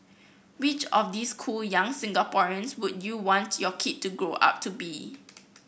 which of these cool young Singaporeans would you want your kid to grow up to be